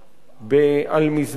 על מזבח